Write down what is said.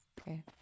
Okay